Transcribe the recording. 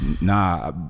Nah